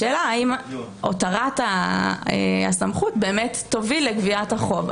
השאלה האם הותרת הסמכות באמת תוביל לגביית החוב.